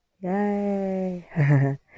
Yay